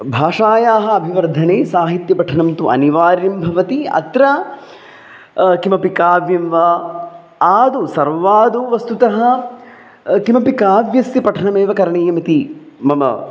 भाषायाः अभिवर्धने साहित्यपठनं तु अनिवार्यं भवति अत्र किमपि काव्यं वा आदौ सर्वादौ वस्तुतः किमपि काव्यस्य पठनमेव करणीयमिति मम